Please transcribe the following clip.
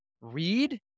read